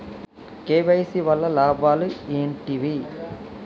KYC వల్ల లాభాలు ఏంటివి?